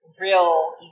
real